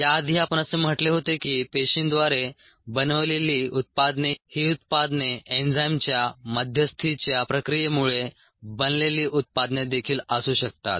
याआधी आपण असे म्हटले होते की पेशींद्वारे बनवलेली उत्पादने ही उत्पादने एन्झाईमच्या मध्यस्थीच्या प्रक्रियेमुळे बनलेली उत्पादने देखील असू शकतात